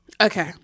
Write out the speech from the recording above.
Okay